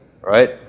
right